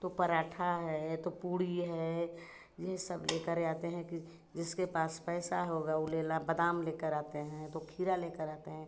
तो पराठा है तो पूड़ी है यही सब लेकर आते हैं कि जिसके पास पैसा होगा ऊ लेला बादाम लेकर आते हैं तो खीरा लेकर आते हैं